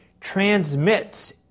transmits